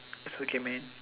it's okay man